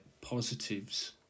positives